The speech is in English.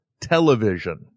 television